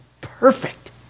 perfect